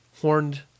horned